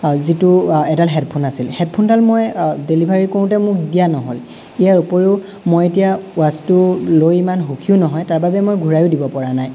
যিটো এডাল হেডফোন আছিল হেডফোনডাল মই ডেলিভাৰী কৰোঁতে মোক দিয়া নহ'ল ইয়াৰ উপৰিও মই এতিয়া ৱাটচ্ছটো লৈ ইমান সুখীও নহয় তাৰ বাবে মই ঘূৰায়ো দিব পৰা নাই